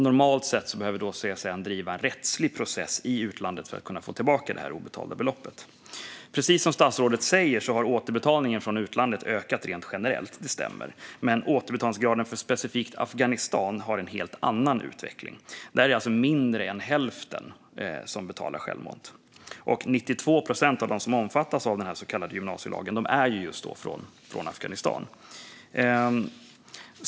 Normalt sett behöver CSN driva en rättslig process i utlandet för att få tillbaka det obetalda beloppet. Precis som statsrådet säger har återbetalningarna från utlandet ökat rent generellt, men återbetalningsgraden för specifikt Afghanistan har en helt annan utveckling. Där är det färre än hälften som betalar självmant. 92 procent av dem som omfattas av den så kallade gymnasielagen är från Afghanistan.